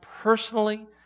personally